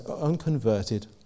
unconverted